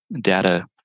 data